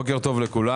בוקר טוב לכולם.